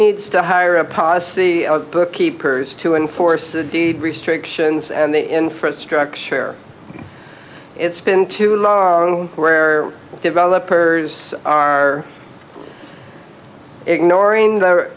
needs to hire a posse of bookkeepers to enforce the deed restrictions and the infrastructure it's been too long on where developers are ignoring the